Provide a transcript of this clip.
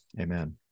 Amen